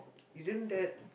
isn't that